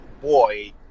Boy